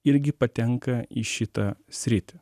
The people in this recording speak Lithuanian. irgi patenka į šitą sritį